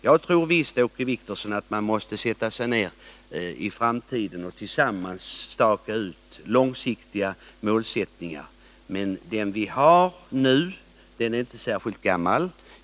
Jag tror visst, Åke Wictorsson, att vi måste sätta oss ner i framtiden och tillsammans staka ut långsiktiga målsättningar. Men den vi har nu är inte särskilt gammal.